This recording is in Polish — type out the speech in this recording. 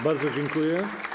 Bardzo dziękuję.